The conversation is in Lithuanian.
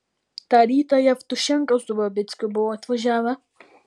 tą rytą jevtušenka su babickiu buvo atvažiavę